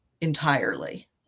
entirely